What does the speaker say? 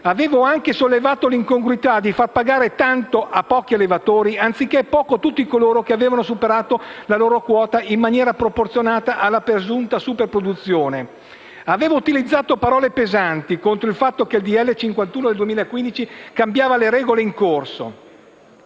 Avevo anche sollevato l'incongruità di far pagare tanto a pochi allevatori, anziché poco a tutti coloro che avevano superato la loro quota in maniera proporzionata alla presunta superproduzione. Avevo utilizzato parole pesanti contro il fatto che il decreto-legge n. 51 del 2015 cambiava le regole in corsa,